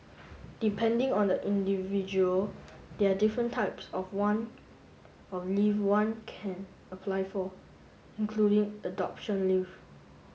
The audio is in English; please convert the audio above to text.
depending on the individual there are different types of one of leave one can apply for including adoption leave